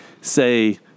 say